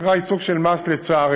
האגרה היא סוג של מס, לצערי.